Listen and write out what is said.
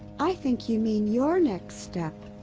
i think you mean your next step.